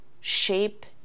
shape